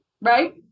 Right